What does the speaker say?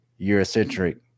Eurocentric